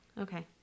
Okay